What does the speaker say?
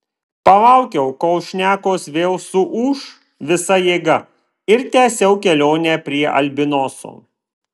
palaukiau kol šnekos vėl suūš visa jėga ir tęsiau kelionę prie albinoso